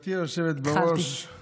גברתי היושבת-ראש, התחלתי.